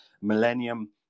millennium